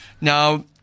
Now